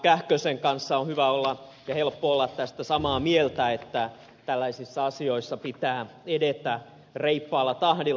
kähkösen kanssa on hyvä ja helppo olla samaa mieltä että tällaisissa asioissa pitää edetä reippaalla tahdilla